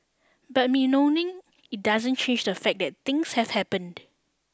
but bemoaning it doesn't change the fact that things have happened